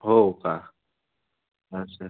हो का अच्छा